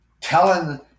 telling